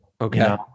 Okay